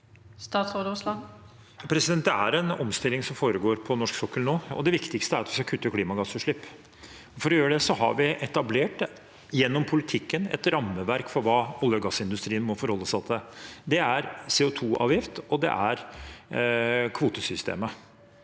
Det er en omstil- ling som foregår på norsk sokkel nå, og det viktigste er å kutte klimagassutslipp. For å gjøre det har vi etablert, gjennom politikken, et rammeverk for hva olje- og gassindustrien må forholde seg til. Det er CO2-avgift, og det er kvotesystemet.